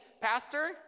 pastor